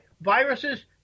viruses